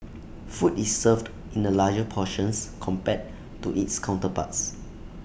food is served in the larger portions compared to its counterparts